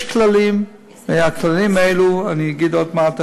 יש כללים, ואת הכללים אני אגיד עוד מעט.